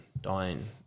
dying